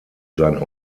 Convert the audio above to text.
sein